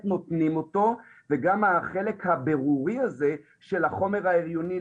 נותנים אותו וגם החלק הברורי הזה של החומר ההריוני,